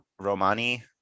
romani